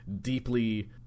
deeply